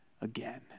again